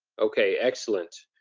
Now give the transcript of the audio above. okay, excellent.